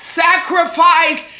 sacrifice